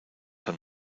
han